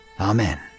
Amen